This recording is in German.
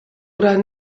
oder